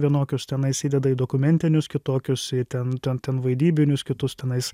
vienokius tenai įsideda į dokumentinius kitokius į ten ten ten vaidybinius kitus tenais